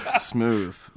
smooth